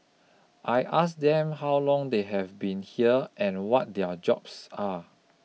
I asked them how long they have been here and what their jobs are